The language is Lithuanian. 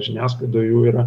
žiniasklaidoj jų yra